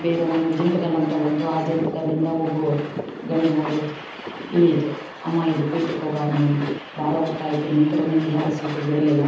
ಬೇರೆ ಒಂದು ಜಂತಕಲ್ ಅಂತ ಬಂತು ಆ ಜಂತಕಲ್ಲಿಂದ ಒಬ್ಬ ಗಂಡು ಮಗು ಇಳಿಯಿತು ಅಮ್ಮ ಇಲ್ಲಿ ಕುಳಿತುಕೋ ಬಾ ನೀನು ಭಾಳ ಹೊತ್ತಾಯ್ತು ನಿಂತರೆ ನಿನಗೆಯಾರು ಸೀಟು ಬಿಡಲಿಲ್ಲ